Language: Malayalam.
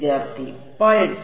വിദ്യാർത്ഥി പൾസ്